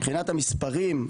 מבחינת המספרים,